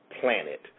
planet